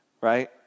right